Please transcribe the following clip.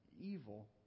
evil